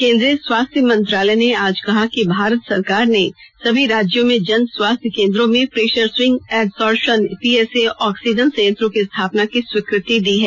केंद्रीय स्वास्थ्य मंत्रालय ने आज कहा कि भारत सरकार ने सभी राज्यों में जन स्वास्थ्य केंद्रों में pressure swing adsorption PSA oxygen संयंत्रों की स्थापना की स्वीकृति दी है